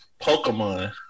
Pokemon